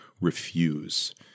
refuse